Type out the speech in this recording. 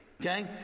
okay